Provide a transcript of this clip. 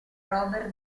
robert